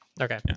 Okay